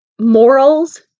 morals